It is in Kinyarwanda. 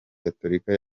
gatorika